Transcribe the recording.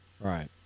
Right